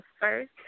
First